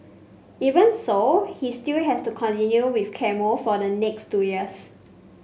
even so he still has to continue with chemo for the next two years